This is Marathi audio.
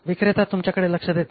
विक्रेता तुमच्याकडे लक्ष देत नाही